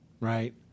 right